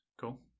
Cool